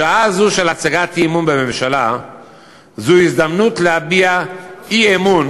שעה זו של הצגת אי-אמון בממשלה זו הזדמנות להביע אי-אמון